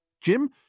Jim